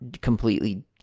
completely